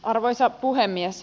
arvoisa puhemies